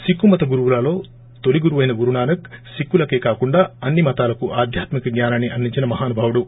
సిక్కు మత గురువులలో తొలిగురుపైన గురునానక్ సిక్కు లకే కాకుండా అన్ని మతాలకు ఆధ్యాత్మిక జ్ఞానాన్ని అందించిన మహానుభావుడు